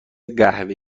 قهوه